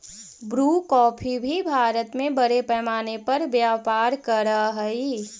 Bru coffee भी भारत में बड़े पैमाने पर व्यापार करअ हई